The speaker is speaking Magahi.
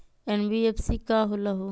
एन.बी.एफ.सी का होलहु?